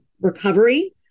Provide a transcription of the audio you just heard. recovery